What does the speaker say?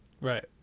Right